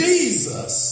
Jesus